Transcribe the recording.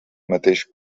mateix